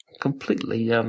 completely